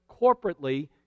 corporately